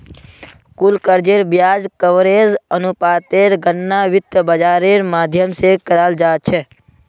कुल कर्जेर ब्याज कवरेज अनुपातेर गणना वित्त बाजारेर माध्यम से कराल जा छे